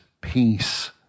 peace